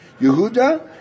Yehuda